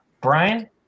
Brian